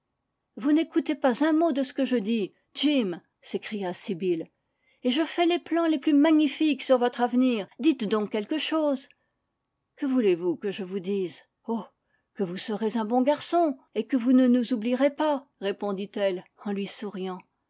vous n'écoutez pas un mot de ce que je dis jim s'écria sibyl et je fais les plans les plus magnifiques sur votre avenir dites donc quelque chose que voulez-vous que je vous dise ohî que vous serez un bon garçon et que vous ne nous oublierez pas répondit-elle en lui souriant